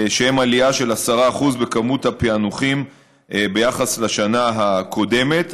שהם עלייה של 10% בכמות הפענוחים ביחס לשנה הקודמת.